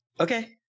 Okay